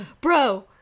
bro